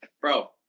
bro